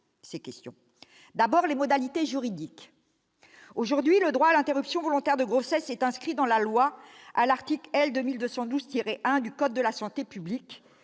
de celle des modalités juridiques. Aujourd'hui, le droit à l'interruption volontaire de grossesse est inscrit dans la loi à l'article L. 2212-1 du code de la santé publique,